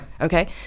okay